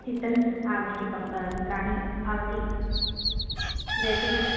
चित्रम् आवश्यकं चित्राणि भवती रचयतु